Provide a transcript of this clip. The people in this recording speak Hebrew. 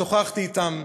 שוחחתי אתם.